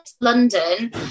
London